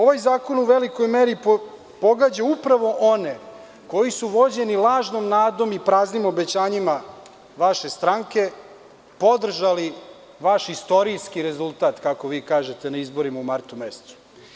Ovaj zakon u velikoj meri pogađa upravo one koji su, vođeni lažnom nadom i praznim obećanjima vaše stranke, podržali vaš istorijski rezultat, kako vi kažete, na izborima u martu mesecu.